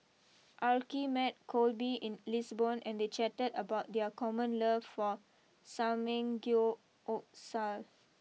Arkie met Kolby in Lisbon and they chatted about their common love for Samgyeopsal